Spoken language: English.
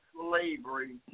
slavery